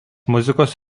muzikos